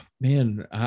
Man